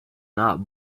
not